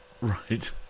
right